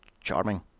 Charming